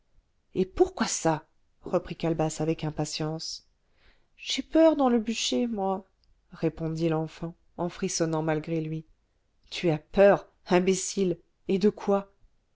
et pourquoi ça reprit calebasse avec impatience j'ai peur dans le bûcher moi répondit l'enfant en frissonnant malgré lui tu as peur imbécile et de quoi